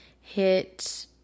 hit